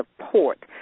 support